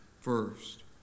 first